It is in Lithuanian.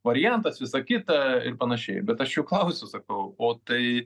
variantas visa kita ir panašiai bet aš jų klausiu sakau o tai